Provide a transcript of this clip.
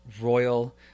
royal